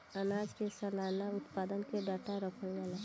आनाज के सलाना उत्पादन के डाटा रखल जाला